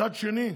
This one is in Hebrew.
מצד שני,